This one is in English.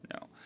no